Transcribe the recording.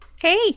Hey